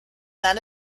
that